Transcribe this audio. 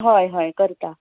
हय हय करता